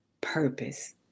purpose